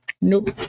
Nope